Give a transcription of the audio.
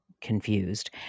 confused